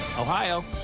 Ohio